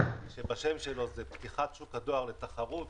שבשם שלו זה פתיחת שוק הדואר לתחרות,